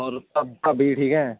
ਹੋਰ ਭਬ ਭਾਬੀ ਜੀ ਠੀਕ ਹੈ